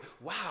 Wow